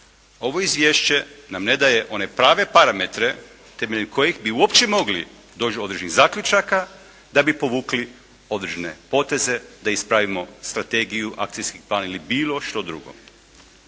Ovo izvješće nam ne daje one prave parametre temeljem kojih bi uopće mogli doći do određenih zaključaka da bi povukli određene poteze da ispravimo strategiju, akcijski plan ili bilo što drugo.